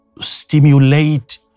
stimulate